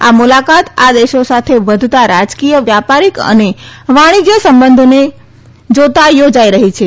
આ મુલાકાત આ દેશો સાથે વધતાં રાજકીય વ્યાપારિક અને વાણિજ્ય સંબંધોને જાતા યોજાઈ રહી છે